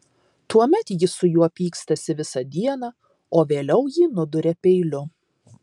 tuomet ji su juo pykstasi visą dieną o vėliau jį nuduria peiliu